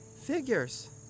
Figures